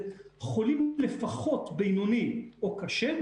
חולים לפחות בינוני או קשה,